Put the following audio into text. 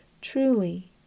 Truly